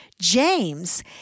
James